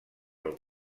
pel